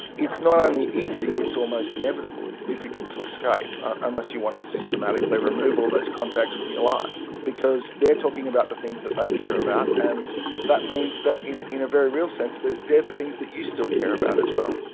not only easy, it's almost inevitable, it's difficult to escape unless you want to systematically remove all those contacts from your life, because they are talking about the things that they care about, and that means that in in a very real sense they are the things that you still care about as well.